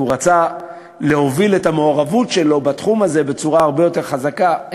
כי הוא רצה להוביל את המעורבות שלו בתחום הזה בצורה הרבה יותר חזקה,